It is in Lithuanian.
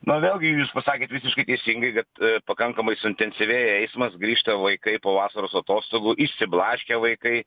na vėlgi jūs pasakėt visiškai teisingai kad pakankamai suintensyvėja eismas grįžta vaikai po vasaros atostogų išsiblaškę vaikai